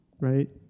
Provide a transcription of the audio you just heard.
right